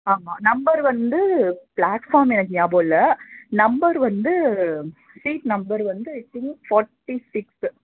ஆமாம் நம்பர் வந்து ப்ளாட்ஃபார்ம் எனக்கு ஞாபகம் இல்லை நம்பர் வந்து சீட் நம்பர் வந்து ஐ திங் ஃபாட்டி சிக்ஸு